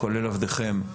כולל עבדכם.